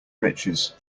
riches